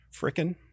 Frickin